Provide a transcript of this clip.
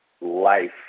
life